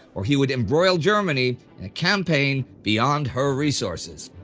or he would embroil germany in a campaign beyond her resources.